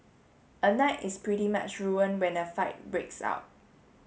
a night is pretty much ruined when a fight breaks out